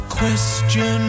question